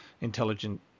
intelligent